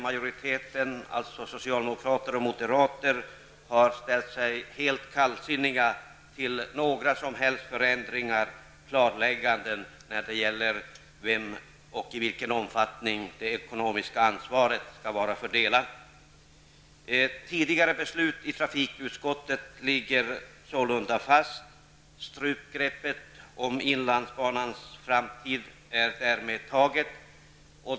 Majoriteten, alltså socialdemokrater och moderater, har ställt sig helt kallsinniga till alla förändringar och klarlägganden när det gäller till vem och i vilken omfattning det ekonomiska ansvaret skall vara fördelat. Tidigare beslut i trafikutskottet ligger sålunda fast. Strupgreppet om inlandsbanans framtid är därmed taget.